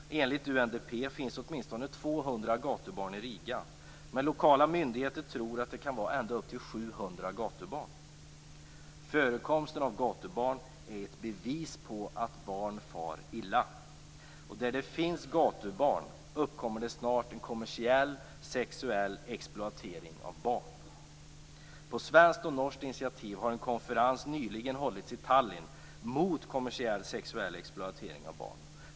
Enligt UNDP finns åtminstone 200 gatubarn i Riga, men lokala myndigheter tror att det kan vara ända upp till 700 gatubarn. Förekomsten av gatubarn är ett bevis på att barn far illa. Och där det finns gatubarn uppkommer det snart en kommersiell sexuell exploatering av barn. På svenskt och norskt initiativ har en konferens nyligen hållits i Tallinn mot kommersiell sexuell exploatering av barn.